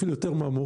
אפילו יותר מהמורים,